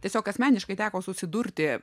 tiesiog asmeniškai teko susidurti